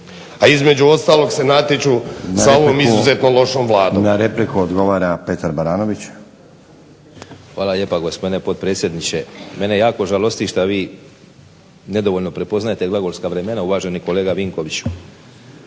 i između ostalog se natječu sa ovom izuzetno lošom Vladom. **Stazić, Nenad (SDP)** Na repliku odgovara Petar Baranović. **Baranović, Petar (HNS)** Hvala lijepa gospodine potpredsjedniče. Mene jako žalosti šta vi nedovoljno prepoznajete glagolska vremena uvaženi kolega Vinkoviću,